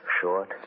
short